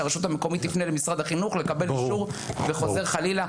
שהרשות המקומית יפנה למשרד החינוך לקבל אישור וחוזר חלילה,